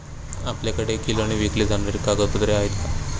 आपल्याकडे किलोने विकली जाणारी कागदपत्रे आहेत का?